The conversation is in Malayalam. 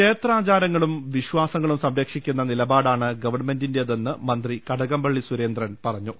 ക്ഷേത്രാചാരങ്ങളും വിശ്വാസങ്ങളും സംരക്ഷിക്കുന്ന നിലപാടാണ് ഗവൺമെന്റിന്റേതെന്ന് മന്ത്രി കടകംപള്ളി സുരേന്ദ്രൻ പറഞ്ഞു